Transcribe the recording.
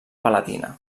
palatina